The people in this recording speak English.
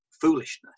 foolishness